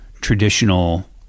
traditional